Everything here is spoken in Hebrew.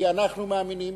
כי אנחנו מאמינים